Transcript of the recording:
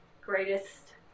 greatest